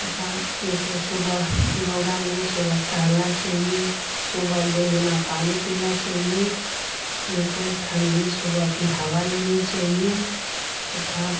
तथा उनको सुबह योग में सुबह टहलना चाहिए सुबह गुनगुना पानी पीना चाहिए उनको ठंडी सुबह की हवा लेनी चाहिए तथा